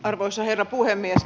arvoisa herra puhemies